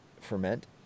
ferment